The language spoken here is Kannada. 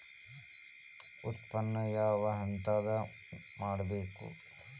ಉತ್ಪನ್ನ ಯಾವ ಹಂತದಾಗ ಮಾಡ್ಬೇಕ್?